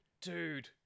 Dude